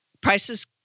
prices